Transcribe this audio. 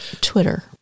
twitter